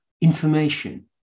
information